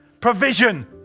provision